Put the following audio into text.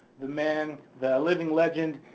the man, the living legend,